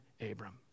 Abram